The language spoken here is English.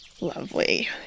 Lovely